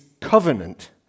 covenant